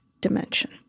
dimension